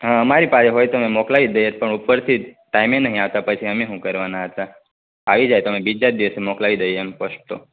હા અમારી પાસે હોય તો અમે મોકલાવી દઈએ પણ ઉપરથી જ ટાઈમે નહીં આવતા પછી અમે હું કરવાના હતા આવી જાય તો અમે બીજા જ દિવસે મોકલાવી દઈએ એમ પોસ્ટો